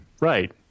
right